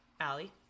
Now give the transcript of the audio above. Allie